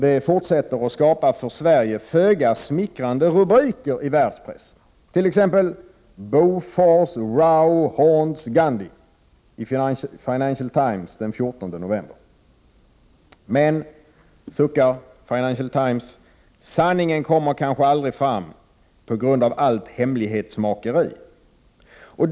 De fortsätter att skapa för Sverige föga smickrande rubriker i världspressen, t.ex. Bofors Row Haunts Gandhi i Financial Times den 14 november. Men, suckar Financial Times, sanningen kommer kanske aldrig fram på grund av allt hemlighetsmakeri.